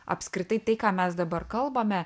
apskritai tai ką mes dabar kalbame